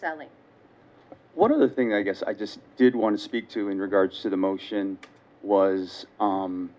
only one of the things i guess i just did want to speak to in regards to the motion was